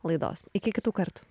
laidos iki kitų kartų